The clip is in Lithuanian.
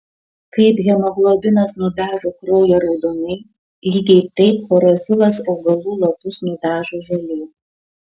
kaip hemoglobinas nudažo kraują raudonai lygiai taip chlorofilas augalų lapus nudažo žaliai